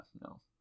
no